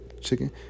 chicken